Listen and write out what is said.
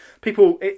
people